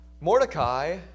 Mordecai